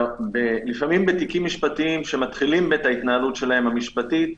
לפעמים בתיקים משפטיים שמתחילים את ההתנהלות המשפטית שלהם,